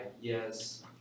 yes